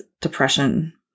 depression